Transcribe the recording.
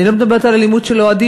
אני לא מדברת על אלימות של אוהדים,